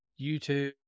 YouTube